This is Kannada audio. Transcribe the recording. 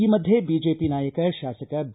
ಈ ಮಧ್ಯೆ ಬಿಜೆಪಿ ನಾಯಕ ಶಾಸಕ ಬಿ